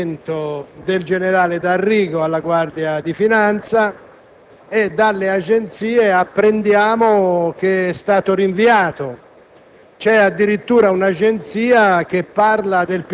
Questa mattina ci doveva essere l'insediamento del generale D'Arrigo al comando della Guardia di finanza e, dalle agenzie, apprendiamo che è stato rinviato.